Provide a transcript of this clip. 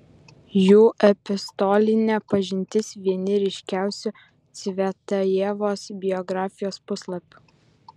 jų epistolinė pažintis vieni ryškiausių cvetajevos biografijos puslapių